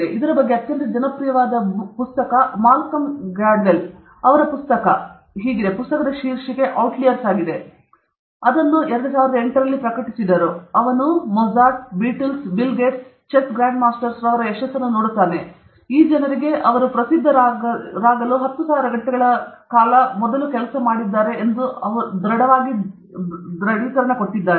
ಮತ್ತು ಇದರ ಬಗ್ಗೆ ಅತ್ಯಂತ ಜನಪ್ರಿಯವಾದ ಪುಸ್ತಕ ಮಾಲ್ಕಮ್ ಗ್ಲ್ಯಾಡ್ವೆಲ್ ಅವರ ಪುಸ್ತಕ ಪುಸ್ತಕದ ಶೀರ್ಷಿಕೆ ಔಟ್ಲಿಯರ್ಸ್ ಆಗಿದೆ ಅವರು ಅದನ್ನು 2008 ರಲ್ಲಿ ಪ್ರಕಟಿಸಿದರು ಮತ್ತು ಅವನು ಕಾಣುತ್ತಾನೆ ಮತ್ತು ಅವನು Mozart Beatles Bill Gates chess grand ಮಾಸ್ಟರ್ಸ್ನ ಯಶಸ್ಸನ್ನು ನೋಡುತ್ತಾನೆ ಈ ಜನರಿಗೆ ಅವರು ಪ್ರಸಿದ್ಧರಾಗಲು 10000 ಗಂಟೆಗಳ ಮುಂಚೆ ಖರ್ಚು ಮಾಡಿದ್ದಾರೆ ಎಂದು ಅವರು ದೃಢವಾಗಿ ದೃಢಪಡಿಸಿದ್ದಾರೆ